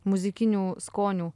muzikinių skonių